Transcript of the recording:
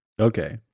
Okay